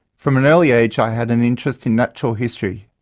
from an early age i had an interest in natural history.